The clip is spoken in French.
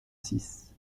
six